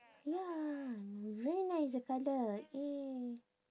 ya very nice the colour eh